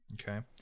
Okay